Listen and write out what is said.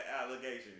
allegation